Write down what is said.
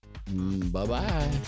Bye-bye